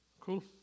Cool